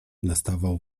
nastawał